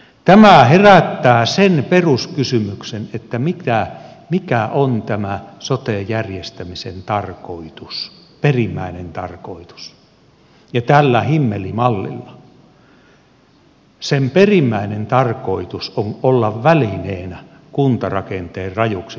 tämä herättää sen peruskysymyksen mikä on tämän sote järjestämisen tarkoitus perimmäinen tarkoitus ja tällä himmelimallilla sen perimmäinen tarkoitus on olla välineenä kuntarakenteen rajuksi muuttamiseksi